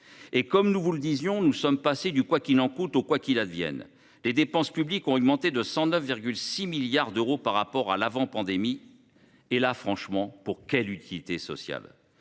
! Comme nous vous le disions, nous sommes passés du « quoi qu’il en coûte » au « quoi qu’il advienne »! Les dépenses publiques ont augmenté de 109,6 milliards d’euros par rapport à l’avant pandémie. Pour quelles utilités sociales